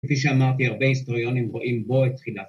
‫כפי שאמרתי, הרבה היסטוריונים ‫רואים בו את תחילת...